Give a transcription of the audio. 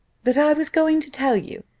but i was going to tell you,